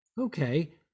Okay